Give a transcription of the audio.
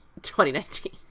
2019